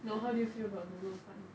no how do you feel about 卤肉饭